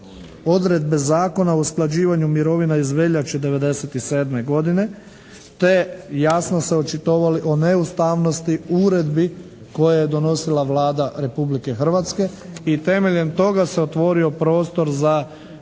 odredbe Zakona o usklađivanju mirovina iz veljače 1997. godine te jasno se očitovali o neustavnosti uredbi koje je donosila Vlada Republike Hrvatske i temeljem toga se otvorio prostor za